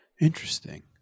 Interesting